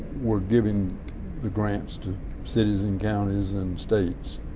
was giving the grants to cities and counties and states,